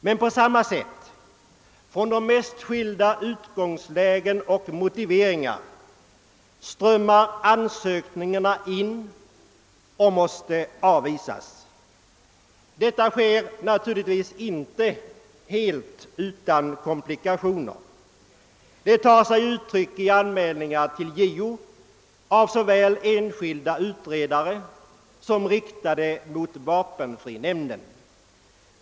Men från de mest skilda utgångslägen och med de mest olika motiveringar strömmar på samma sätt in ansökningar som måste avvisas. Detta sker naturligtvis inte helt utan komplikationer. Dessa tar sig uttryck i anmälningar till JO, riktade mot såväl enskilda utredare som vapenfrinämnden.